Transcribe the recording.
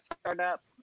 startup